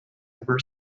ever